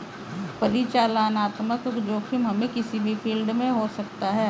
परिचालनात्मक जोखिम हमे किसी भी फील्ड में हो सकता है